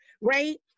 right